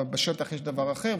ובשטח יש דבר אחר,